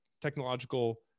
technological